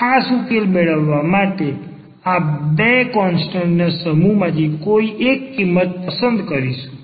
ખાસ ઉકેલ મેળવવા માટે આપણે આ કોન્સ્ટન્ટના સમૂહમાંથી કોઈ એક કિંમત પસંદ કરીશું